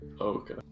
okay